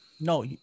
No